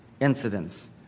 incidents